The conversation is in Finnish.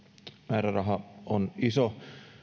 määräraha on iso